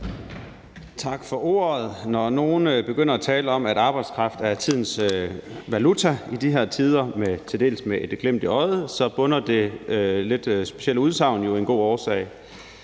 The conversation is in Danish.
Tak for ordet. Når nogle begynder at tale om, at arbejdskraft er tidens valuta i de her tider – til dels med et glimt i øjet – bunder det lidt specielle udsagn jo i en god årsag.